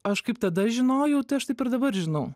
aš kaip tada žinojau tai aš taip ir dabar žinau